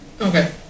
Okay